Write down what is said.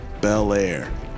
Bel-Air